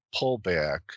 pullback